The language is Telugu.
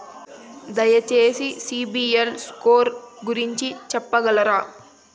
దయచేసి సిబిల్ స్కోర్ గురించి చెప్పగలరా?